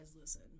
listen